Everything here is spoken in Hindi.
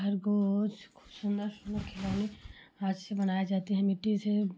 खरगोश सुन्दर सुन्दर खिलौने हाथ से बनाए जाते हैं मिट्टी से